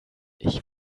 ich